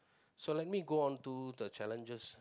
so let me go on to the challenges